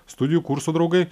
studijų kurso draugai